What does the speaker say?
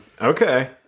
Okay